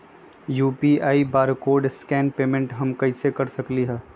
UPI barcode scan payment हम कईसे कर सकली ह?